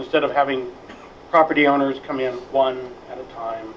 instead of having property owners come in one at a time